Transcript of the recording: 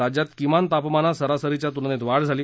राज्यात किमान तापमानात सरासरीच्या तुलनेत वाढ झाली